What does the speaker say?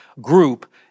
group